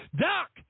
Doc